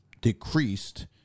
decreased